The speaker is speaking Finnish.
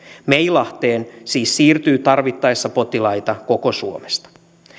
meilahteen siis siirtyy tarvittaessa potilaita koko suomesta